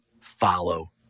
follow